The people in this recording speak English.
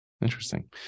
Interesting